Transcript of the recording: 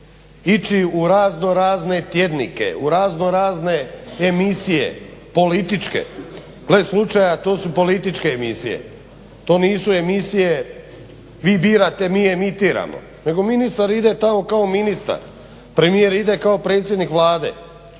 ili u razno razne tjednike, ići u razno razne emisije političke, gle slučaja to su političke emisije, to nisu emisije vi birate mi emitiramo, nego ministar ide tamo kao ministar, premijer ide kao predsjednik Vlade.